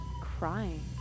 crying